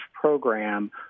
program